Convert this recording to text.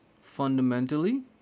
Fundamentally